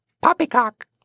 Poppycock